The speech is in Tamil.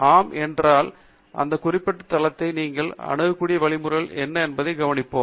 ஆம் என்றால் அந்த குறிப்பிட்ட தளத்தை நீங்கள் அணுகக்கூடிய வழிமுறை என்ன என்பதைக் கவனிக்கவும்